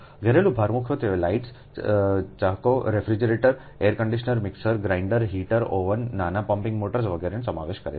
ઘરેલું ભાર મુખ્યત્વે લાઇટ્સ ચાહકો refrigerators air conditioner mixer grinders heater oven નાના પમ્પિંગ મોટર્સ વગેરેનો સમાવેશ કરે છે